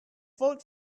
vote